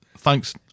Thanks